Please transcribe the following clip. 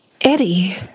Eddie